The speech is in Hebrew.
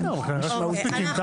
בסדר, אבל הם כנראה לא מספיקים.